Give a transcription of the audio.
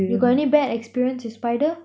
you got any bad experience spider